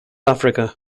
africa